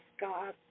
God